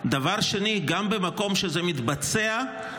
2. גם במקום שזה מתבצע,